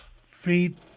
feet